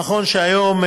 נכון שהיום,